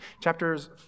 Chapters